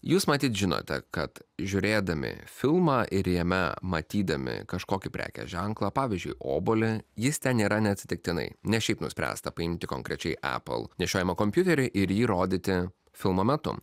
jūs matyt žinote kad žiūrėdami filmą ir jame matydami kažkokį prekės ženklą pavyzdžiui obuolį jis ten nėra neatsitiktinai nes šiaip nuspręsta paimti konkrečiai apavą nešiojamą kompiuterį ir jį rodyti filmo metu